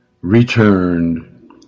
returned